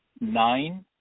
nine